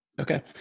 Okay